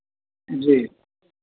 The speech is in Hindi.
जी